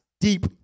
deep